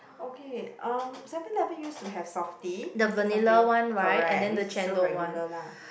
okay um Seven-Eleven used to have softee Mister Softee correct which is so regular lah